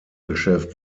geschäft